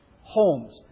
homes